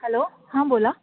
hello हां बोला